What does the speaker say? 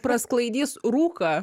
prasklaidys rūką